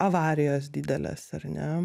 avarijos didelės ar ne